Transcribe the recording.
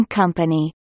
company